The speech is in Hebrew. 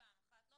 אני